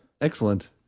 excellent